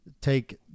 take